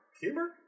Humor